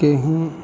के ही